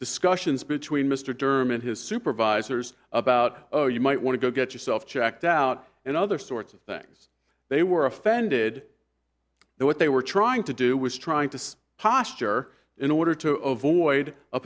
discussions between mr derm and his supervisors about oh you might want to go get yourself checked out and other sorts of things they were offended there what they were trying to do was trying to posture in order to avoid a